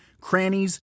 crannies